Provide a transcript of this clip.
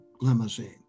limousine